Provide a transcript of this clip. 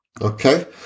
Okay